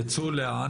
יצוא לאן?